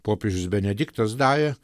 popiežius benediktas davė